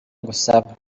ngusaba